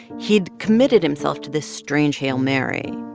he'd committed himself to this strange hail mary.